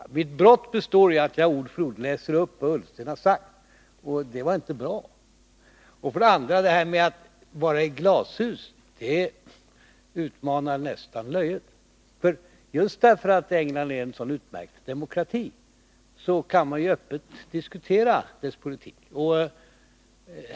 Herr talman! Mitt brott består i att jag ord för ord har läst upp vad Ola Ullsten har sagt. Det var alltså inte bra. Ola Ullsten säger att vi för debatten i ett glashus. Det utmanar nästan löjet. Just därför att England är en sådan utmärkt demokrati kan man ju öppet diskutera dess politik.